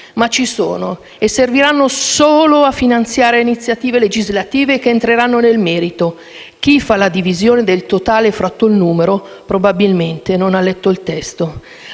ma ci sono e serviranno a finanziare solo iniziative legislative che entreranno nel merito: chi fa la divisione del totale per un numero, probabilmente non ha letto il testo.